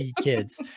kids